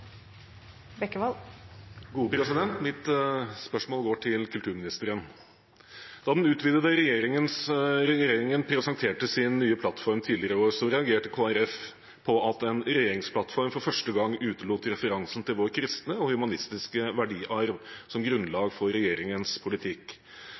Mitt spørsmål går til kulturministeren. Da den utvidede regjeringen presenterte sin nye plattform tidligere i år, reagerte Kristelig Folkeparti på at en regjeringsplattform for første gang utelot referansen til vår kristne og humanistiske verdiarv som